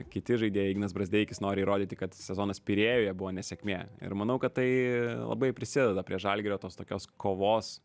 kiti žaidėjai nes brazdeikis nori įrodyti kad sezonas pirėjuje buvo nesėkmė ir manau kad tai labai prisideda prie žalgirio tos tokios kovos